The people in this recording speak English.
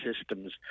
systems